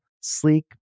sleek